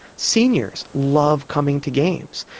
seniors love coming to games.